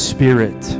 Spirit